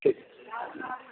ٹھیک ہے